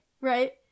right